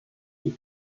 tip